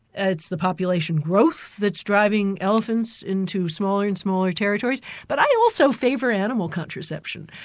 it's the population growth that's driving elephants into smaller and smaller territories but i also favour animal contraception.